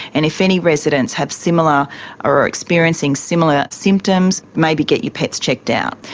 and if any residents have similar or are experiencing similar symptoms, maybe get your pets checked out.